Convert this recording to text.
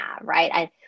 right